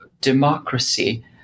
democracy